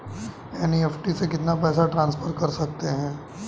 NEFT से कितना पैसा ट्रांसफर कर सकते हैं?